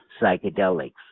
psychedelics